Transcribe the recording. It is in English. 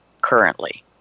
currently